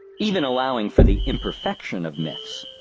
even allowing for the imperfection of myths,